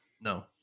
no